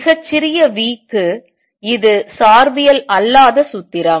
மிகச்சிறிய v க்கு இது சார்பியல் அல்லாத சூத்திரம்